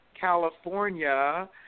California